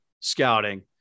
scouting